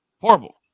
horrible